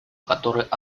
который